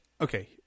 okay